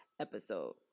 episode